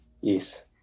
Yes